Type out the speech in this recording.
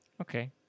Okay